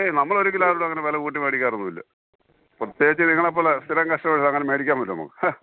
ഏയ് നമ്മൾ ഒരിക്കലും ആരോടും അങ്ങനെ വില കൂട്ടി മേടിക്കാറൊന്നും ഇല്ല പ്രത്യേകിച്ച് നിങ്ങളെ പോലെ സ്ഥിരം കസ്റ്റമേഴ്സ് അങ്ങനെ മേടിക്കാൻ പറ്റുമോ